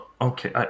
Okay